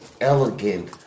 elegant